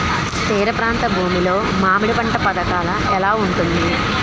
తీర ప్రాంత భూమి లో మామిడి పంట పథకాల ఎలా ఉంటుంది?